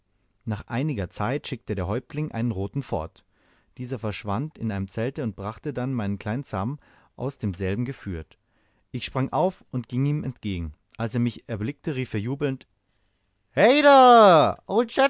nach einiger zeit schickte der häuptling einen roten fort dieser verschwand in einem zelte und brachte dann meinen kleinen sam aus demselben geführt ich sprang auf und ging ihm entgegen als er mich erblickte rief er jubelnd heigh day